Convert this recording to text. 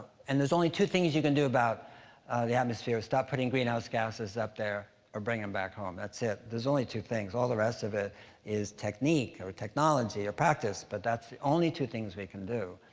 and there's only two things you can do about the atmosphere. stop putting greenhouse gases up there or bring them back home. that's it there's only two things. all the rest of it is technique, or technology, or practice. but that's the only two things we can do.